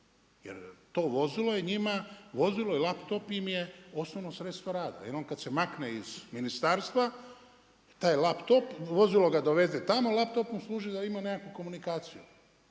Jer to vozilo je njima vozilo i laptop im je osnovno sredstvo rada. Jer on kad se makne iz ministarstva, taj laptop. vozilo ga doveze tamo, a laptop mu služi da ima nekakvu komunikaciju.